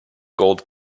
gold